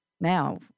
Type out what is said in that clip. now